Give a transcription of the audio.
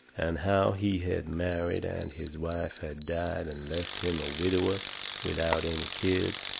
and how he had married and his wife had died and left him a widower without any kids.